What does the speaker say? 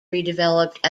redeveloped